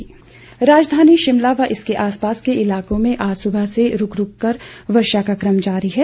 मौसम राजधानी शिमला व इसके आसपास के इलाकों में आज सुबह से रूक रूक कर वर्षा का कम जारी है